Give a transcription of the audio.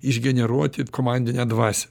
išgeneruoti komandinę dvasią